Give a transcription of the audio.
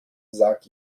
sag